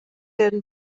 werden